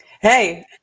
Hey